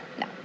no